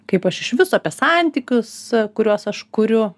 kaip aš iš viso apie santykius kuriuos aš kuriu